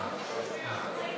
של קבוצת סיעת